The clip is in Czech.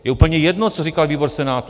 Je úplně jedno, co říkal výbor Senátu.